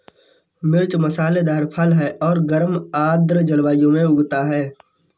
मिर्च मसालेदार फल है और गर्म आर्द्र जलवायु में उगता है